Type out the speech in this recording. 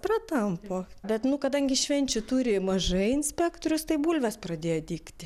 pratampo bet nu kadangi švenčių turi mažai inspektorius tai bulvės pradėjo dygti